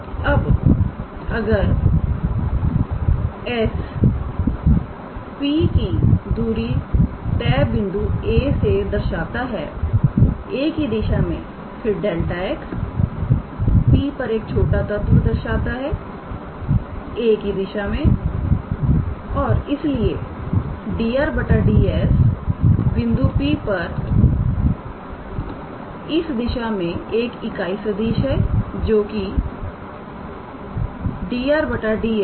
अब अगर S P की दूरी तय बिंदु A से दर्शाता है 𝑎̂ की दिशा में फिर 𝛿𝑥 P पर एक छोटा तत्व दर्शाता है 𝑎̂ की दिशा में और इसलिए 𝑑𝑟𝑑𝑠 बिंदु P पर इस दिशा में एक इकाई सदिश है जोकि 𝑑𝑟𝑑𝑠 𝑎̂ है